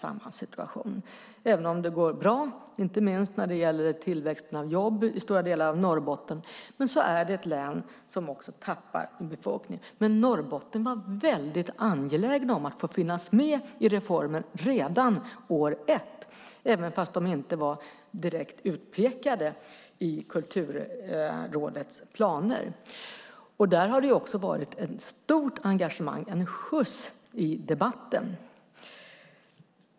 Norrbotten är ett län som tappar i befolkning, även om det går bra, inte minst när det gäller tillväxten av jobb i stora delar av Norrbotten. Men i Norrbotten var man väldigt angelägen om att få finnas med i reformen redan år ett, trots att man inte var direkt utpekad i Kulturrådets planer. Där har det också varit ett stort engagemang och en skjuts i debatten.